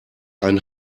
ein